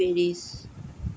Paris